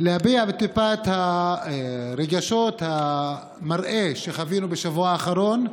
להביע טיפה את הרגשות והמראות שחווינו בשבוע האחרון: